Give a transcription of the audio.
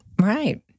Right